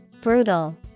Brutal